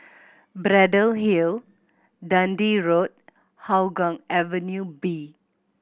Braddell Hill Dundee Road Hougang Avenue B